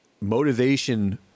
motivation